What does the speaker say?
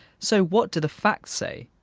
so what do the facts say?